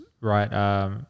right –